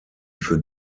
für